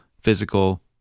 physical